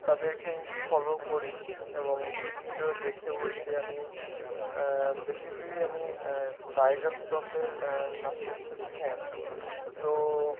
তাদেরকে আমি ফলো করি এবং টি ভিতেও দেখি বলতে আমি বেসিক্যালি আমি টাইগার শ্রফের নাচের খুব ফ্যান তো